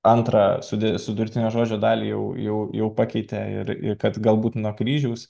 antrą sudė sudurtinio žodžio dalį jau jau jau pakeitė ir ir kad galbūt nuo kryžiaus